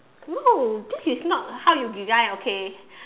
no this is not how you design okay